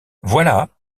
voilà